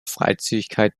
freizügigkeit